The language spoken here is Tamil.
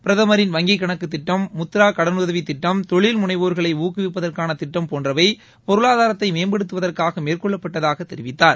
பிரதமின் வங்கிக் கணக்கு திட்டம் முத்ரா கடனுதவி திட்டம் தொழில் முனைவோர்களை ஊக்குவிப்பதற்கான திட்டம் போன்றவை பொருளாதாரத்தை மேம்படுத்துவதற்காக மேற்கொள்ளப்பட்டதாகத் தெரிவித்தார்